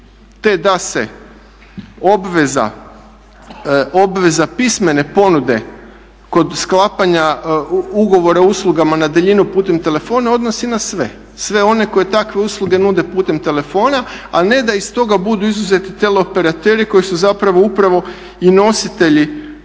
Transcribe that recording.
te da se obveza pismene ponude kod sklapanja ugovora o uslugama na daljinu putem telefona odnosi na sve, na sve one koje takve usluge nude putem telefona a ne da iz toga budu izuzeti teleoperateri koji su zapravo upravo i nositelji